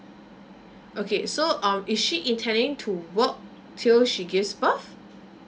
okay so um if she intending to work till she gives birth